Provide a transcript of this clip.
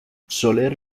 soler